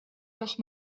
doch